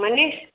Manish